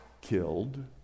killed